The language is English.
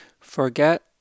forget